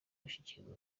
bashyikirizwe